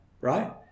Right